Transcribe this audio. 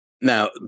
Now